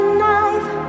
knife